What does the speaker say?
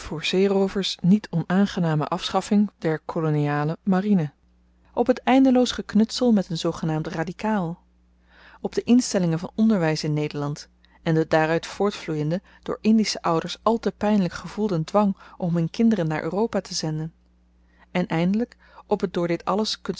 voor zeeroovers niet onaangename afschaffing der koloniale marine op t eindeloos geknutsel met n zoogenaamd radikaal op de instellingen van onderwys in nederland en den daaruit voortvloeienden door indische ouders al te pynlyk gevoelden dwang om hun kinderen naar europa te zenden en eindelyk op t door dit alles